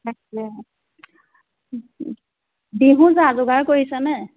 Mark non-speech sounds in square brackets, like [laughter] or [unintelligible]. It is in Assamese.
[unintelligible] বিহু যা যোগাৰ কৰিছেনে